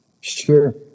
Sure